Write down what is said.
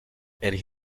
and